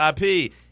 IP